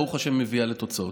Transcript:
שברוך השם מביאה לתוצאות.